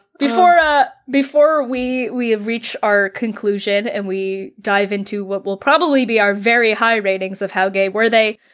before ah before we we reach our conclusion and we dive into what will probably be our very high ratings of how gay were they,